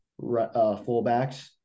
fullbacks